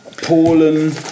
Polen